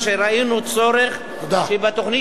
היו"ר ראובן ריבלין: גם בעוספיא.